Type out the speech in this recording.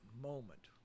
moment